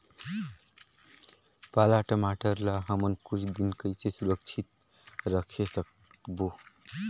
पाला टमाटर ला हमन कुछ दिन कइसे सुरक्षित रखे सकबो?